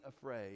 afraid